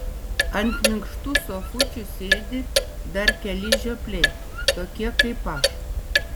ant minkštų sofučių sėdi dar keli žiopliai tokie kaip aš